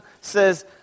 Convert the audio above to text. says